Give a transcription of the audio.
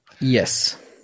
Yes